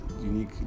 unique